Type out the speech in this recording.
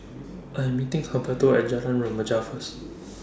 I'm meeting Humberto At Jalan Remaja First